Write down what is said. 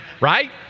Right